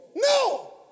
No